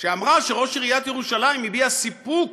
שאמרה שראש עיריית ירושלים הביע "סיפוק"